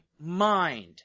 mind